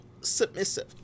submissive